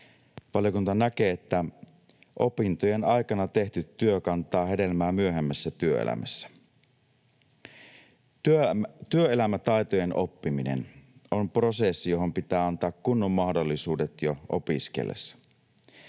Valiokunta näkee, että opintojen aikana tehty työ kantaa hedelmää myöhemmässä työelämässä. Työelämätaitojen oppiminen on prosessi, johon pitää antaa kunnon mahdollisuudet jo opiskellessa.